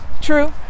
True